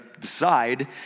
decide